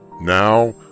Now